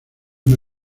una